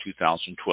2012